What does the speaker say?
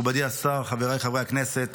מכובדי השר, חבריי חברי הכנסת